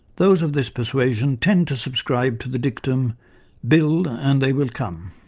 those of this persuasion tend to subscribe to the dictum build and they will come.